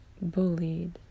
bullied